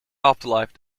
afterlife